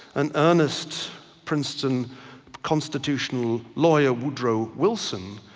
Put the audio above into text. an earnest princeton constitutional lawyer, woodrow wilson,